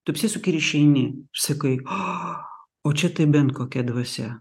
tu apsisuki ir išeini ir sakai o čia tai bent kokia dvasia